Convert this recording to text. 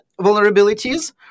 vulnerabilities